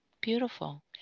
Beautiful